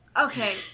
Okay